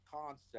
concept